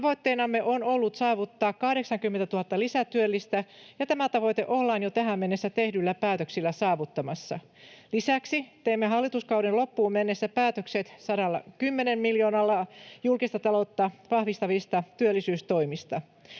Tavoitteenamme on ollut saavuttaa 80 000 lisätyöllistä, ja tämä tavoite ollaan jo tähän mennessä tehdyillä päätöksillä saavuttamassa. Lisäksi teemme hallituskauden loppuun mennessä päätökset 110 miljoonalla eurolla julkista taloutta vahvistavista työllisyystoimista.